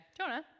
Jonah